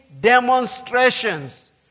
demonstrations